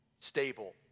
stable